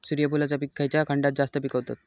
सूर्यफूलाचा पीक खयच्या खंडात जास्त पिकवतत?